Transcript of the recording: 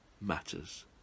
matters